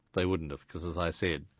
they wouldn't have. because as i said,